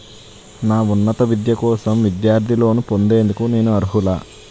నా ఉన్నత విద్య కోసం విద్యార్థి లోన్ పొందేందుకు నేను అర్హులా?